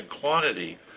quantity